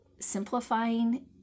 simplifying